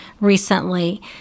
recently